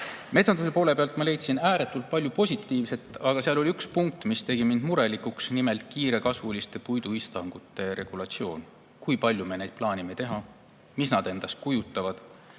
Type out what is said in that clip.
küsimusi. Metsanduse poole pealt ma leidsin ääretult palju positiivset, aga seal oli üks punkt, mis tegi mind murelikuks, nimelt kiirekasvuliste puiduistandike regulatsioon. Kui palju me neid plaanime teha? Mis nad endast kujutavad?